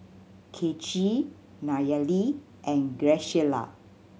Kaycee Nayeli and Graciela